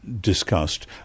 discussed